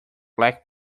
black